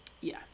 Yes